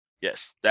Yes